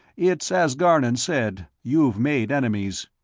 it's as garnon said you've made enemies.